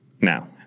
now